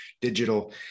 digital